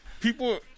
People